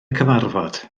cyfarfod